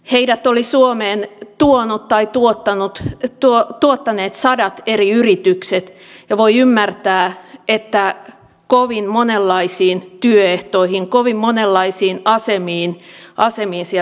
heidät oli suomeen tuonut tai tuottaneet sadat eri yritykset ja voi ymmärtää että kovin monenlaisiin työehtoihin kovin monenlaisiin asemiin siellä törmäsi